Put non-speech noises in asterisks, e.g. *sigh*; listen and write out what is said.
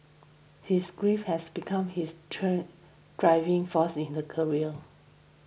his grief has become his *hesitation* driving force in the career